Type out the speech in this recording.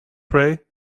prey